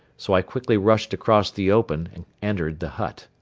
so i quickly rushed across the open and entered the hut.